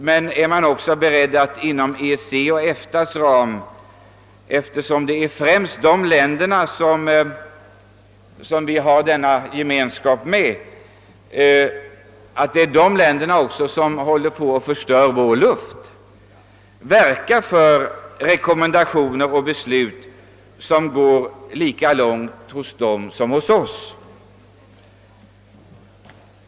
Det är främst EEC och EFTA-länderna, som vi där samarbetar med, och det är även dessa länder, som medverkar till att förstöra vår luft. Jag undrar således om man är beredd att verka för rekommendationer och beslut på det aktuella området, vilka går lika långt hos dem som hos Oss.